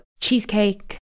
cheesecake